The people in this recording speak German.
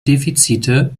defizite